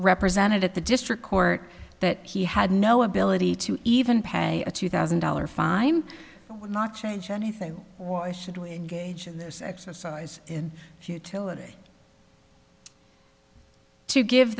represented at the district court that he had no ability to even pay a two thousand dollars fine i'm not changing anything why should we gauge this exercise in futility to give